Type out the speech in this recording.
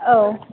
औ